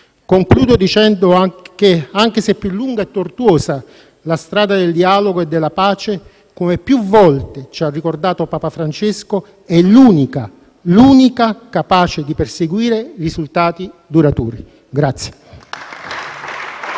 Concludo dicendo che, anche se più lunga e tortuosa, la strada del dialogo e della pace, come più volte ci ha ricordato Papa Francesco, è l'unica capace di perseguire risultati duraturi.